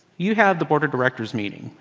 you have the board of directors meeting,